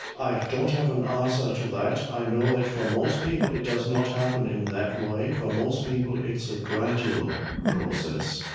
i don't have an answer to that. i know that for most people it does not happen in that way. for most people, it's a gradual process.